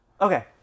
Okay